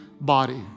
body